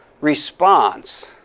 response